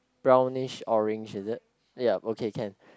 brownish orange is it yeap okay can